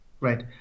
Right